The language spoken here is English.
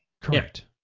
Correct